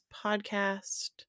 podcast